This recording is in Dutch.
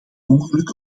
ongeluk